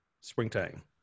springtime